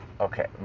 Okay